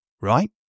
Right